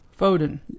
Foden